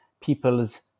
people's